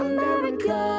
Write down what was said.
America